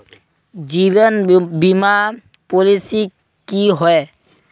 जीवन बीमा पॉलिसी की होय?